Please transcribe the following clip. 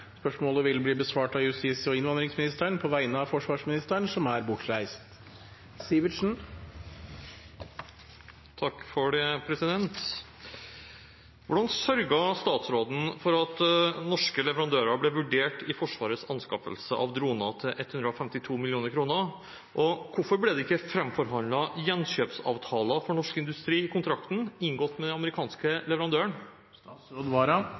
vil bli besvart av justis- og innvandringsministeren på vegne av forsvarsministeren, som er bortreist. «Hvordan sørget statsråden for at norske leverandører ble vurdert i Forsvarets anskaffelse av droner til 152 mill. kroner, og hvorfor ble det ikke framforhandlet gjenkjøpsavtaler for norsk industri i kontrakten inngått med den